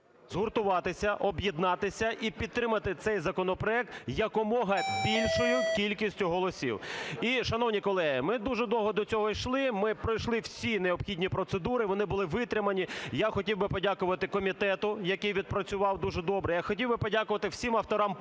згуртуватися, об'єднатися і підтримати цей законопроект якомога більшою кількістю голосів. І, шановні колеги, ми дуже довго до цього йшли, ми пройшли всі необхідні процедури, вони були витримані. Я хотів би подякувати комітету, який відпрацював дуже добре. Я хотів би подякувати всім авторам правок